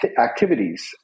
activities